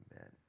Amen